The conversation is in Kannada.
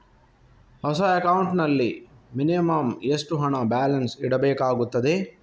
ಹೊಸ ಅಕೌಂಟ್ ನಲ್ಲಿ ಮಿನಿಮಂ ಎಷ್ಟು ಹಣ ಬ್ಯಾಲೆನ್ಸ್ ಇಡಬೇಕಾಗುತ್ತದೆ?